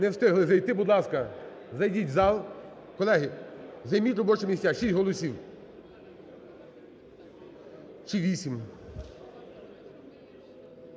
Не встигли зайти, будь ласка, зайдіть в зал. Колеги, займіть робочі місця, 6 голосів чи 8.